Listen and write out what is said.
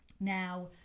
Now